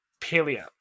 Paleo